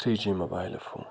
three G mobile phone